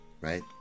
right